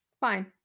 fine